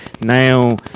Now